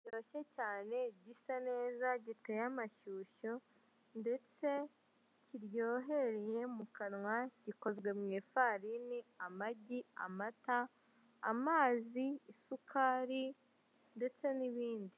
Kiryoshye cyane gisa neza giteye amashyushyu ndetse kiryohereye mu kanwa, gikozwe mu ifaraini, amagi, amata, amazi, isukari ndetse n'ibindi.